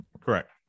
Correct